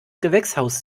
gewächshaus